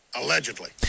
Allegedly